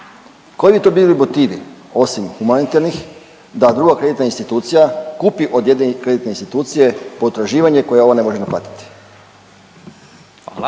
Koji bi to bili motivi osim humanitarnih da druga kreditna institucija kupi od jedne kreditne institucije potraživanje koja ova ne može naplatiti?